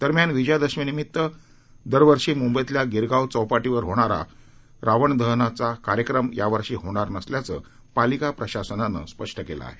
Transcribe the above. दरम्यान विजयादशमीनिमीत्त दरवर्षी मुंबईतल्या गिरगावं चौपाटीवर होणारा रावण दहनाचा कार्यक्रम यावर्षी होणार नसल्याचं पालिका प्रशासनानं स्पष्ट केलं आहे